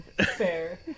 fair